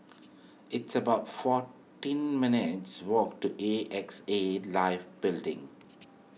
it's about fourteen minutes' walk to A X A Life Building